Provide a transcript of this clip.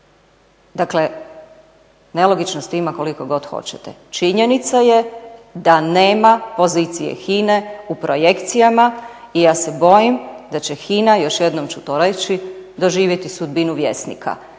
Dakle nelogičnosti ima koliko god hoćete. Činjenica je da nema pozicije HINA-e u projekcijama i ja se bojim da će HINA još jednom ću to reći, doživjeti sudbinu Vjesnika.